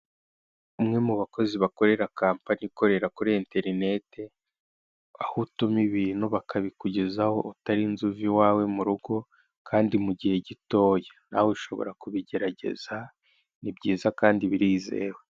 Umwe mu bakozi bakorera kampani ikorera kuri interineti aho utuma ibintu bakabikugezaho atarinze uva iwawe mu rugo kandi mu gihe gitoya. Nawe ushobora kubigerageza ni byiza kandi birizewe.